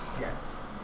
Yes